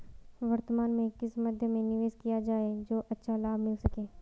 वर्तमान में किस मध्य में निवेश किया जाए जो अच्छा लाभ मिल सके?